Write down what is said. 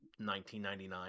1999